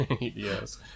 Yes